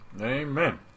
Amen